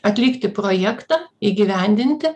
atlikti projektą įgyvendinti